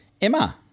Emma